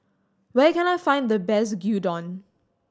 where can I find the best Gyudon